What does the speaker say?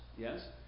yes